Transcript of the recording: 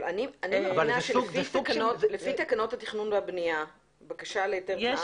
אבל אני מבינה שלפי תקנות התכנון והבנייה (בקשה להיתר,